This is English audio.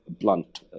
blunt